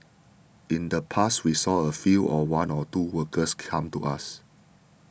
in the past we saw a few or one or two workers come to us